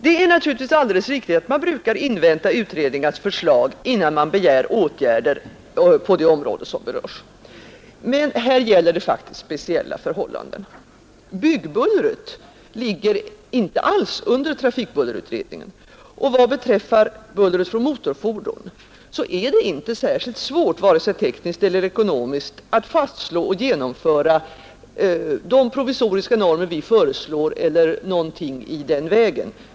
Det är naturligtvis alldeles riktigt att man brukar invänta utredningars förslag innan man begär åtgärder på det område som berörs. Men här gäller det faktiskt speciella förhållanden. Byggbullret ligger inte alls under trafikbullerutredningen, och vad beträffar bullret från motorfordon är det inte särskilt svårt, vare sig tekniskt eller ekonomiskt, att fastslå och genomföra de provisoriska normer vi föreslår eller någonting i den vägen.